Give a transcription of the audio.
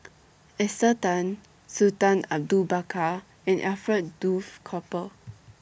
Esther Tan Sultan Abu Bakar and Alfred Duff Cooper